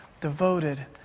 devoted